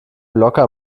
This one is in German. locker